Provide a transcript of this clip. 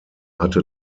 hatte